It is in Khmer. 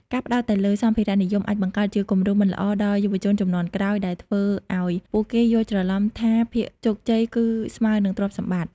ការផ្តោតតែលើសម្ភារៈនិយមអាចបង្កើតជាគំរូមិនល្អដល់យុវជនជំនាន់ក្រោយ ដែលធ្វើឱ្យពួកគេយល់ច្រឡំថាភាពជោគជ័យគឺស្មើនឹងទ្រព្យសម្បត្តិ។